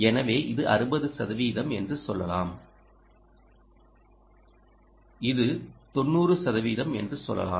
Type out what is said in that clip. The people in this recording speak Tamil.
எனவே இது 60 சதவிகிதம் என்று சொல்லலாம் இது 90 சதவிகிதம் என்று சொல்லலாம்